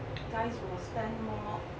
guys will spend more